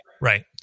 Right